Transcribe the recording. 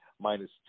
minus